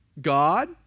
God